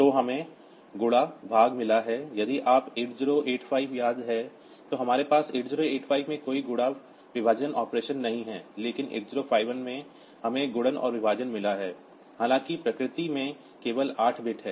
तो हमें गुणा भाग मिला है यदि आपको 8085 याद है तो हमारे पास 8085 में कोई गुणा विभाजन ऑपरेशन नहीं है लेकिन 8051 में हमें गुणन और विभाजन मिला है हालांकि प्रकृति में केवल 8 बिट है